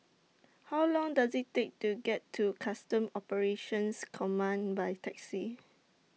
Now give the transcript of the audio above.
How Long Does IT Take to get to Customs Operations Command By Taxi